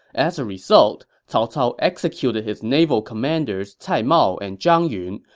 as a result, cao cao executed his naval commanders cai mao and zhang yun,